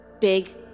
big